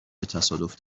تصادف